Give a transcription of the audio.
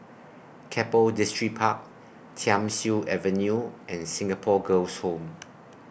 Keppel Distripark Thiam Siew Avenue and Singapore Girls' Home